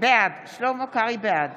בעד